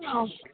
ಹಾಂ